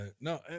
no